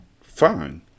Fine